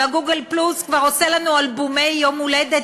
וגוגל פלוס כבר עושה לנו אלבומי יום-הולדת